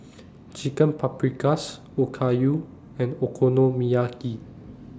Chicken Paprikas Okayu and Okonomiyaki